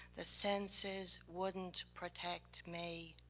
the senses wouldn't protect me.